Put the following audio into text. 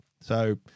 So-